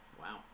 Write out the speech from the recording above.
Wow